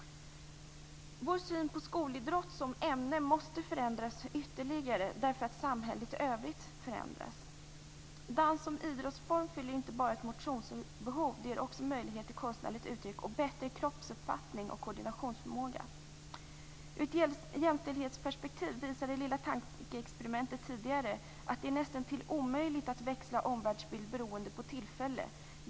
Vår syn på skolidrott som ämne måste förändras ytterligare därför att samhället i övrigt förändras. Dans som idrottsform fyller inte bara ett motionsbehov. Den ger också möjlighet till konstnärligt uttryck och till bättre kroppsuppfattning och koordinationsförmåga. Ur ett jämställdhetsperspektiv visar det lilla tankeexperimentet tidigare att det är näst intill omöjligt att växla omvärldsbild beroende på tillfälle.